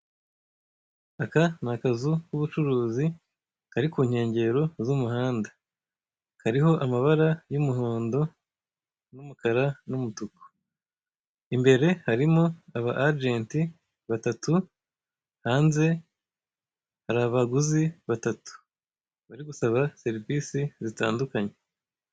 Aka ni akazu k'ubucuruzi kari ku nkengero z'umuhanda kariho amabara y'umuhondo n'umukara n'umutuku, imbere harimo aba ajenti batatu hanze hari abaguzi batatu bari gusaba serivise zitandukanye.